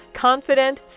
Confident